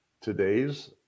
today's